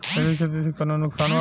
मिश्रित खेती से कौनो नुकसान वा?